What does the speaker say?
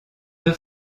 deux